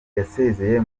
yasezeye